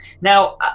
Now